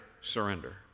surrender